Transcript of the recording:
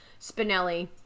Spinelli